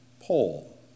poll